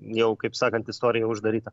jau kaip sakant istorija uždaryta